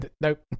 nope